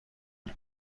اون